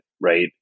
right